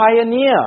pioneer